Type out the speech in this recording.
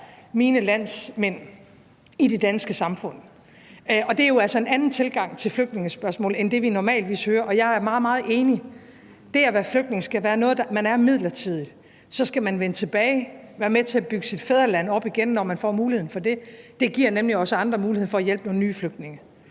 mine landsmænd i det danske samfund. Det er jo altså en anden tilgang til flygtningespørgsmål end det, vi normalvis hører, og jeg er meget, meget enig: Det at være flygtning skal være noget, man er midlertidigt – så skal man vende tilbage og være med til at bygge sit fædreland op igen, når man får muligheden for det. Det giver nemlig os andre muligheden for at hjælpe nogle nye flygtninge.